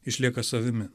išlieka savimi